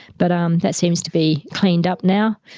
but um that seems to be cleaned up now.